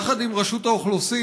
יחד עם רשות האוכלוסין,